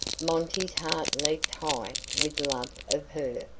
monty's heart leaped high with love of her.